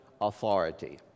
authority